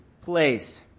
place